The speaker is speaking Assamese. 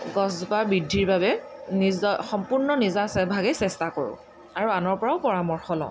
গছ জোপাৰ বৃদ্ধিৰ বাবে নিজৰ সম্পূৰ্ণ নিজা ভাগে চেষ্টা কৰোঁ আৰু আনৰ পৰাও পৰামৰ্শ লওঁ